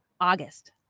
August